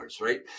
right